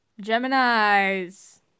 Gemini's